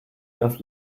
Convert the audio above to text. das